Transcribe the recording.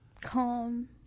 calm